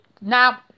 Now